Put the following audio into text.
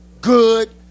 good